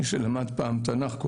מי שלמד פעם תנ"ך יודע,